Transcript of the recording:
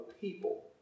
people